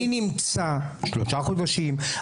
אני נמצא שלושה חודשים,